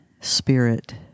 Spirit